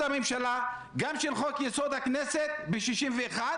שאתה לא היית נותן לאף אחד לנהל משא ומתן,